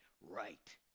right